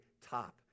top